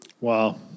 Wow